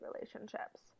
relationships